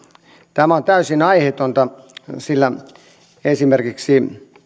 tämä on täysin aiheetonta sillä esimerkiksi